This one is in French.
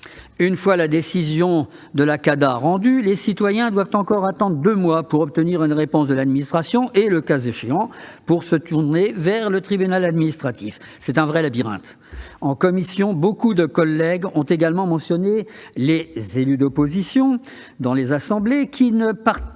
Une fois la décision de la CADA rendue, les citoyens doivent encore attendre deux mois pour obtenir une réponse de l'administration et, le cas échéant, pour se porter devant le tribunal administratif. C'est un véritable labyrinthe ! En commission, nombre de collègues ont également mentionné les élus d'opposition, qui, dans leurs assemblées, ne parviennent